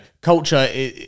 culture